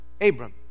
Abram